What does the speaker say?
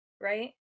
right